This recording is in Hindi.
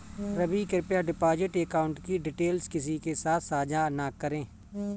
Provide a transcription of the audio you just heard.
रवि, कृप्या डिपॉजिट अकाउंट की डिटेल्स किसी के साथ सांझा न करें